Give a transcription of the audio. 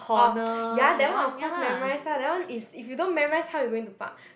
orh ya that one of course memorize lah that one is if you don't memorize how are you going to park